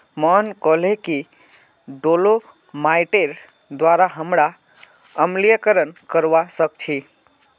मोहन कहले कि डोलोमाइटेर द्वारा हमरा अम्लीकरण करवा सख छी